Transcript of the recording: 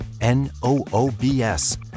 n-o-o-b-s